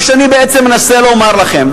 מה שאני מנסה לומר לכם,